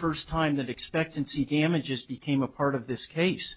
first time that expectancy damages became a part of this case